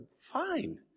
fine